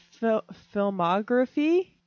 filmography